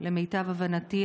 למיטב הבנתי,